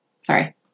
Sorry